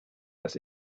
das